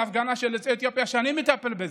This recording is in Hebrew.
מהפגנה של יוצאי אתיופיה שאני מטפל בהם,